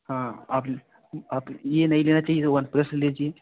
हाँ आप आप ये नहीं लेना चाहिए तो वन प्लस ले लीजिए